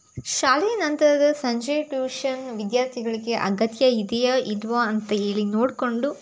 ಶಾಲೆಯ ನಂತರದ ಸಂಜೆ ಟ್ಯೂಷನ್ ವಿದ್ಯಾರ್ಥಿಗಳಿಗೆ ಅಗತ್ಯ ಇದೆಯ ಇಲ್ವಾ ಅಂತ ಹೇಳಿ ನೋಡಿಕೊಂಡು